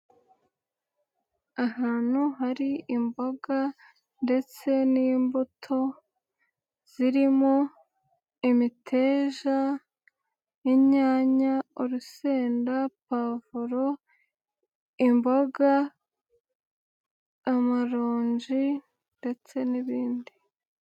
Ahantu hari imboga ndetse n'imbuto zirimo: imiteja, inyanya, urusenda, pavuro, imboga, amaronji ndetse n'ibindi.